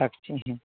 রাখছি হ্যাঁ